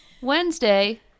Wednesday